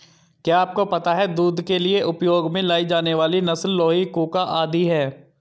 क्या आपको पता है दूध के लिए उपयोग में लाई जाने वाली नस्ल लोही, कूका आदि है?